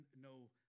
no